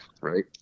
Right